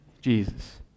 Jesus